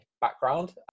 background